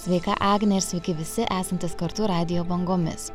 sveika agne ir sveiki visi esantys kartu radijo bangomis